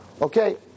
Okay